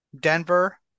Denver